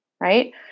Right